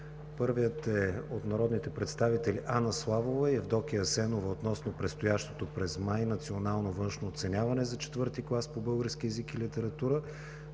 Първият е от народните представители Анна Славова и Евдокия Асенова – относно предстоящото през месец май национално външно оценяване за IV клас по български език и литература.